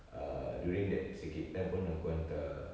err during that circuit time pun aku hantar